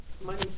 Money